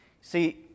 See